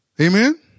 Amen